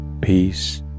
peace